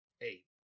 Eight